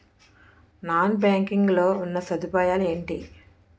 Non banking లో ఉన్నా సదుపాయాలు ఎంటి?